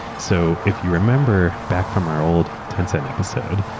so if you remember, back from our old tencent episode,